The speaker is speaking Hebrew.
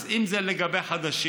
אז אם זה לגבי חדשים,